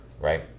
right